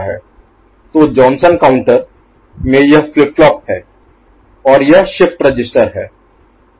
तो Johnson counter में यह फ्लिप फ्लॉप है और यह शिफ्ट रजिस्टर है